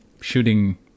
shooting